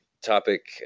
topic